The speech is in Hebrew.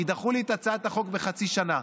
כי דחו לי את הצעת החוק בחצי שנה,